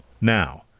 now